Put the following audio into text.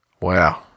Wow